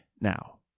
now